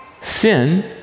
sin